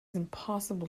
impossible